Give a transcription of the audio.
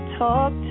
talk